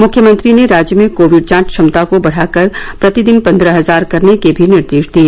मुख्यमंत्री ने राज्य में कोविड जांच क्षमता को बढ़ाकर प्रतिदिन पंद्रह हजार करने के भी निर्देश दिए